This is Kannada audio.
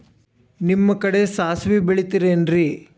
ನಿಮ್ಮ ಕಡೆ ಸಾಸ್ವಿ ಬೆಳಿತಿರೆನ್ರಿ?